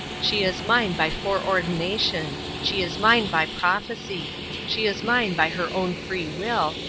she is mine by foreordination she is mine by prophesy she is mine by her own free will,